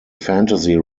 fantasy